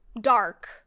dark